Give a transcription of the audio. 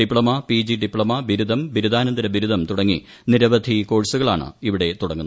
diploma PG diploma ബിരുദം ബിരുദാനന്തര ബിരുദം തുടങ്ങി നിരവിധി കോഴ്സുകളാണ് ഇവിടെ തുടങ്ങുന്നത്